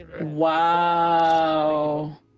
Wow